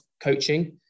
coaching